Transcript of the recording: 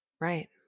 Right